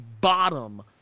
bottom